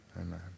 Amen